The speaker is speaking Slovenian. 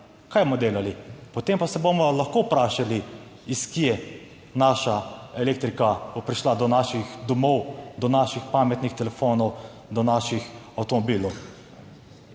kaj bomo delali, potem pa se bomo lahko vprašali, iz kje naša elektrika bo prišla do naših domov, do naših pametnih telefonov, do naših avtomobilov.